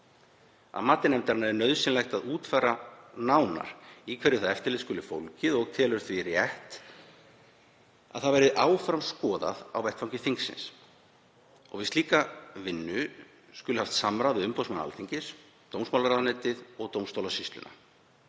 Að mati nefndarinnar er nauðsynlegt að útfæra nánar í hverju það eftirlit skuli fólgið og telur hún rétt að það verði áfram skoðað á vettvangi þingsins. Við slíka vinnu skuli haft samráð við umboðsmann Alþingis, dómsmálaráðuneyti og dómstólasýsluna.